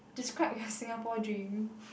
describe your Singapore dream